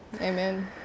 amen